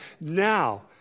Now